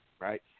right